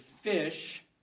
fish